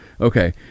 okay